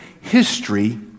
history